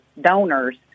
donors